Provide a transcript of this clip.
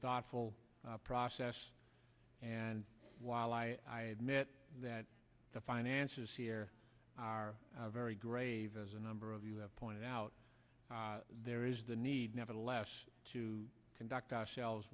thoughtful process and while i met that the finances here are very grave as a number of you have pointed out there is the need nevertheless to conduct ourselves